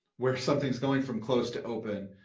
where something is going from closed to open,